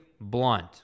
Blunt